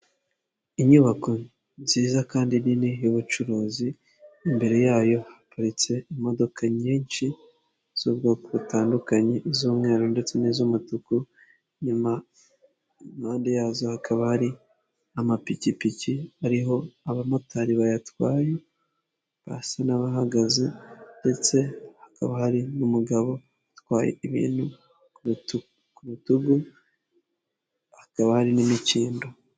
Inyubako nziza kandi nini y'ubucuruzi imbere yayo haparitse imodoka nyinshi z'ubwoko butandukanye iz'umweru ndetse ni z'umutuku ,nyuma impande yazo hakaba ari amapikipiki ariho abamotari bayatwaye basa n'abahagaze ndetse hakaba hari n'umugabo utwaye ibintu k' urutugu hakaba hari n'imikindo.